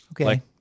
Okay